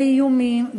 באיומים,